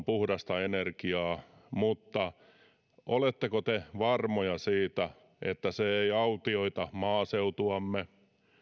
puhdasta energiaa mutta oletteko te varmoja siitä että se ei autioita maaseutuamme